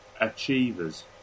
Achievers